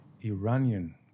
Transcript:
Iranian